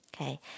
Okay